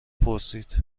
پرسید